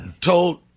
told